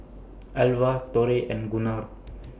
Alva Torrey and Gunnar